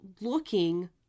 looking